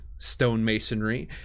stonemasonry